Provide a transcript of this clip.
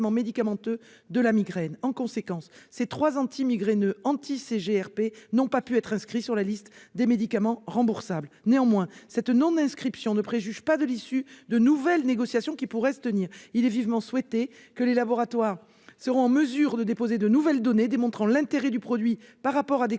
médicamenteux de la migraine. En conséquence, ces trois antimigraineux anti-CGRP n'ont pas pu être inscrits sur la liste des médicaments remboursables. Néanmoins, cette non-inscription ne préjuge pas de l'issue de nouvelles négociations qui pourraient se tenir. Il est vivement souhaité que les laboratoires soient en mesure de déposer de nouvelles données démontrant l'intérêt du produit par rapport à des